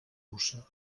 puça